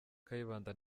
kayibanda